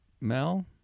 Mel